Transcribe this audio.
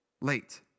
late